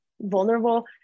vulnerable